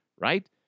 right